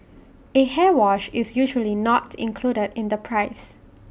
A hair wash is usually not included in the price